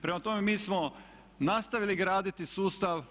Prema tome, mi smo nastavili graditi sustav.